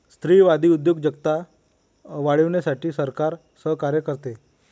स्त्रीवादी उद्योजकता वाढवण्यासाठी सरकार सहकार्य करते